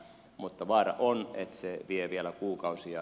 mutta vaara on että se vie vielä kuukausia